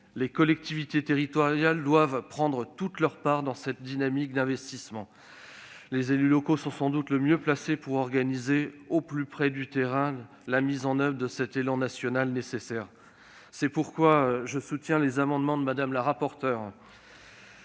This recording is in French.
Les collectivités territoriales doivent prendre toute leur part dans cette dynamique d'investissement. Les élus locaux sont sans doute les mieux placés pour organiser au plus près du terrain la mise en oeuvre de ce nécessaire élan national. C'est pourquoi je soutiens les amendements de Mme la rapporteure